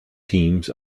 teams